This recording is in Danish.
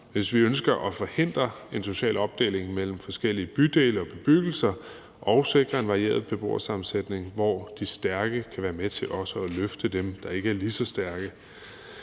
hvis vi ønsker at forhindre en social opdeling mellem forskellige bydele og bebyggelser og sikre en varieret beboersammensætning, hvor de stærke også kan være med til at løfte dem, der ikke er lige så stærke.